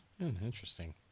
Interesting